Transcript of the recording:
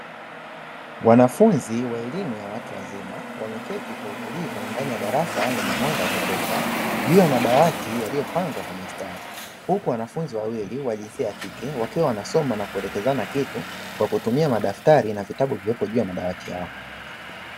Wanafunzi wa elimu ya watu wazima wameketi kwa utulivu ndani ya darasa lenye mwanga wa kutosha, juu ya madawati yaliyopangwa kwa msitari huku wanafunzi wawili wa jinsia ya kike wakiwa wanasoma na kuelekezana kitu kwa kutumia madaftari na vitabu vilivyopo juu ya madawati yao.